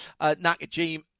Nakajima